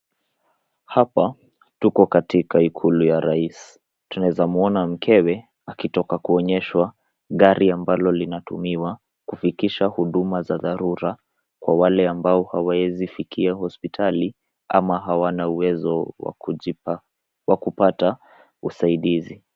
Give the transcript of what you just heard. Hapa tuko katika ikulu ya rais, tunaweza kumwona mkewe akitoka kuonyeshwa gari ambalo linatumiwa kufikisha huduma za dharura kwa wale ambao hawaezi fikia hospitali ama hawana uwezo wa kupata usaidizi.